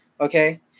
okay